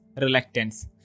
reluctance